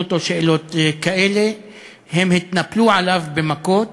אותו שאלות כאלה הם התנפלו עליו במכות